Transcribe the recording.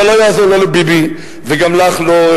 אבל לא יעזור לו לביבי וגם לך לא,